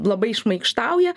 labai šmaikštauja